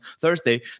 Thursday